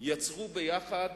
יצרו יחד